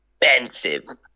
expensive